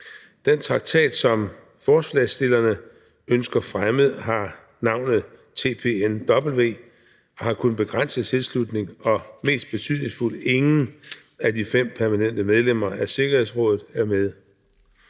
Den traktat, som forslagsstillerne ønsker fremmet, har navnet TPNW og har kun begrænset tilslutning, og mest betydningsfuldt er ingen af de fem permanente medlemmer af Sikkerhedsrådet med.